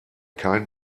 kein